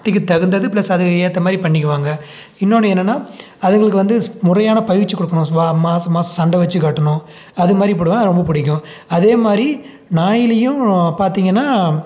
சக்திக்கு தகுந்தது ப்ளஸ் அது ஏற்ற மாதிரி பண்ணிக்குவாங்க இன்னொன்று என்னென்னா அதுங்களுக்கு வந்து முறையான பயிற்சி கொடுக்கணும் மாசம் மாசம் சண்டை வைச்சி கட்டணும் அது மாதிரி போடுவேன் அது ரொம்ப பிடிக்கும் அதே மாதிரி நாயிலேயும் பார்த்திங்கன்னா